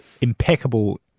impeccable